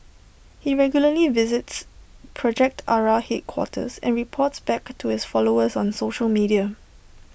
he regularly visits project Ara headquarters and reports back to his followers on social media